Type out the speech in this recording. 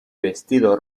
vestido